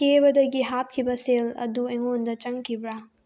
ꯀꯦꯕꯗꯒꯤ ꯍꯥꯞꯈꯤꯕ ꯁꯦꯜ ꯑꯗꯨ ꯑꯩꯉꯣꯟꯗ ꯆꯪꯈꯤꯕ꯭ꯔꯥ